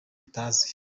butazwi